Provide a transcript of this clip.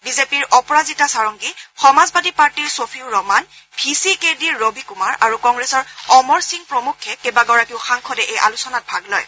বিজেপিৰ অপৰাজিতা সাৰংগি সমাজবাদী পাৰ্টীৰ Shafiqur Rahman V C কেৰ ডি ৰবিকুমাৰ আৰু কংগ্ৰেছৰ অমৰ সিং প্ৰমুখ্যে কেইবাগৰাকীও সাংসদে এই আলোচনাত ভাগ লয়